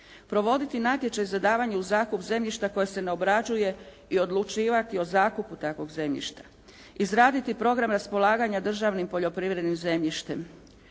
Provoditi natječaj za davanje u zakup zemljišta koje se ne obrađuje i odlučivati o zakupu takvog zemljišta. Izraditi program raspolaganja državnim, poljoprivrednim zemljištem.